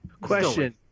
Question